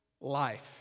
life